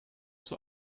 zur